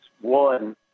One